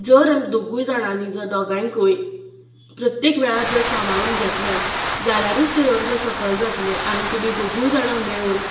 जर दोगूय जाणांनी दोगांयकूय प्रत्येक वेळार जर सांबाळून घेतलें जाल्यारूच तें लग्न सफल जातलें आनी तुमी दोगूय जाणां मेळून